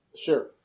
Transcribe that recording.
Sure